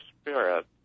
spirit